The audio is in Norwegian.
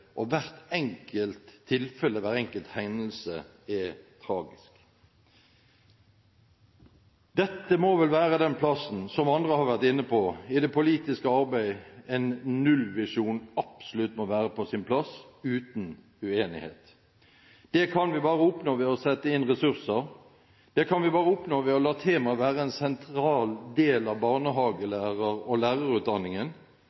og hvert enkelt tilfelle, hver enkelt hendelse, er tragisk. Dette må vel være den plassen, som andre har vært inne på, i det politiske arbeidet hvor en nullvisjon absolutt må være på sin plass – uten uenighet. Det kan vi bare oppnå ved å sette inn ressurser. Det kan vi bare oppnå ved å la temaet være en sentral del av